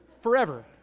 forever